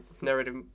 narrative